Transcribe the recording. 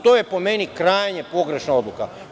To je po meni krajnje pogrešna odluka.